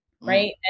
Right